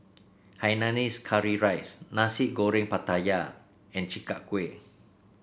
Hainanese Curry Rice Nasi Goreng Pattaya and Chi Kak Kuih